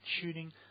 shooting